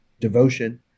devotion